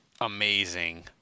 amazing